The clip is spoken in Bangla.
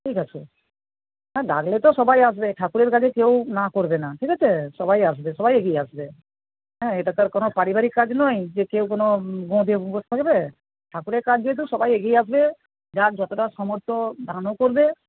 ঠিক আছে হ্যাঁ ডাকলে তো সবাই আসবে ঠাকুরের কাছে কেউ না করবে না ঠিক আছে সবাই আসবে সবাই এগিয়ে আসবে হ্যাঁ এটা তো আর কোনো পারিবারিক কাজ নয় যে কেউ কোনো বসে থাকবে ঠাকুরের কাজ যেহেতু সবাই এগিয়ে আসবে যার যতটা সামর্থ্য দানও করবে